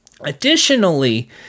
Additionally